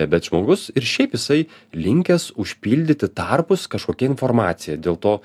bet žmogus ir šiaip jisai linkęs užpildyti tarpus kažkokia informacija dėl to